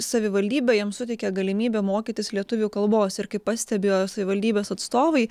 savivaldybė jiems suteikia galimybę mokytis lietuvių kalbos ir kaip pastebėjo savivaldybės atstovai